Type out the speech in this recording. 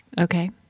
Okay